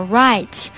right